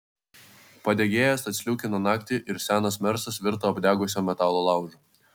padegėjas atsliūkino naktį ir senas mersas virto apdegusio metalo laužu